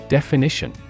Definition